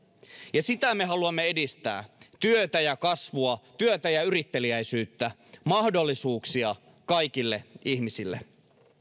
ja sitä me haluamme edistää työtä ja kasvua työtä ja yritteliäisyyttä mahdollisuuksia kaikille ihmisille